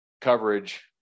coverage